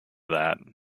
that